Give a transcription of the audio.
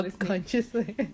Unconsciously